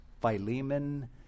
Philemon